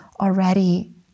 already